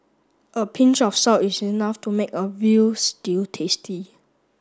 a pinch of salt is enough to make a veal stew tasty